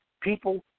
People